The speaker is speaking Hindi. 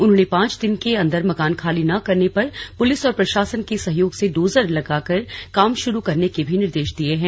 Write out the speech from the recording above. उन्होंने पांच दिन के अन्दर मकान खाली न करने पर पुलिस और प्रशासन के सहयोग से डोजर लगाकर काम शुरू करने के भी निर्देश दिये हैं